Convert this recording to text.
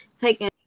Taking